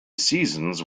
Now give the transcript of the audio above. seasons